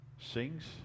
sings